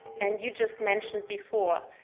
and you just mentioned before,